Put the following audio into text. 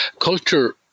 culture